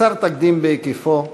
חסר תקדים בהיקפו,